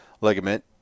ligament